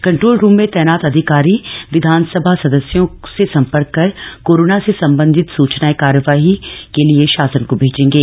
control room में तैनात अधिकारी विधानसभा सदस्यों से सम्पर्क कर कोरोना से सम्बन्धित सूचनाएं कार्यवाही के लिए शासन को भेजेगें